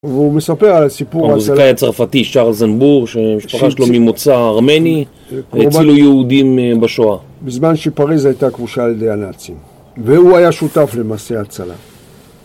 והוא מספר על סיפור המוזיקאי הצרפתי שר זנבור שמשפחה שלו ממוצא ארמני הצילו יהודים בשואה בזמן שפריז הייתה כבושה על ידי הנאצים והוא היה שותף למעשה הצלם